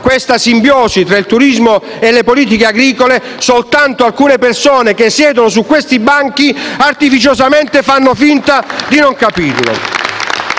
la simbiosi tra il turismo e le politiche agricole: soltanto alcune persone che siedono su questi banchi artificiosamente fanno finta di non capirlo.